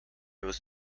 was